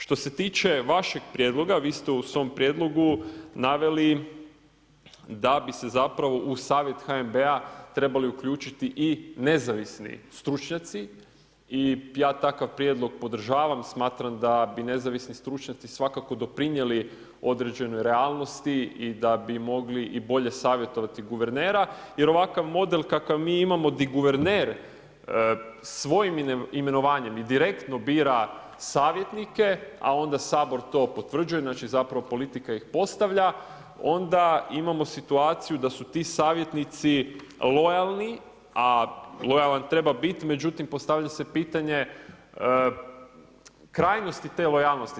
Što se tiče vašeg prijedloga, vi ste u svom prijedlogu naveli da bi se zapravo u savjet HNB-a trebali uključiti i nezavisni stručnjaci i ja takav prijedlog podržavam, smatram da bi nezavisni stručnjaci svakako doprinijeli određenoj realnosti i da bi mogli i bolje savjetovati guvernera jer ovakav model kakav mi imamo, gdje guverner svojim imenovanjem i direktno bira savjetnike, a onda Sabor to potvrđuje, znači zapravo politika ih postavlja, onda imamo situaciju da su ti savjetnici lojalni, a lojalan treba bit, međutim postavlja se pitanje krajnosti te lojalnosti.